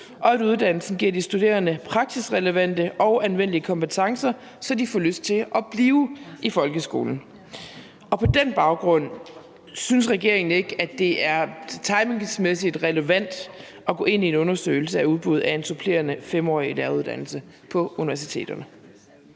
og at uddannelsen giver de studerende praksisrelevante og anvendelige kompetencer, så de får lyst til at blive i folkeskolen. På den baggrund synes regeringen ikke, at det timingsmæssigt er relevant at gå ind i en undersøgelse af udbud af en supplerende 5-årig læreruddannelse på universiteterne.